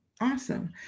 awesome